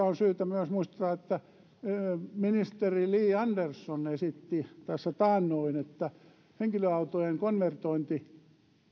on syytä myös muistuttaa että ministeri li andersson esitti tässä taannoin että henkilöautojen konvertointi